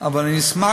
אבל אני אשמח,